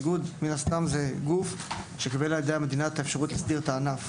איגוד הוא גוף שקיבל מהמדינה את האפשרות להסדיר את הענף.